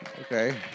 Okay